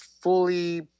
fully